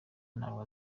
ntabwo